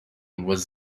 was